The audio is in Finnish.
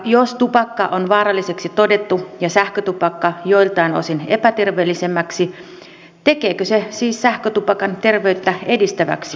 jos tupakka on vaaralliseksi todettu ja sähkötupakka joiltain osin terveellisemmäksi tekeekö se siis sähkötupakan terveyttä edistäväksi tuotteeksi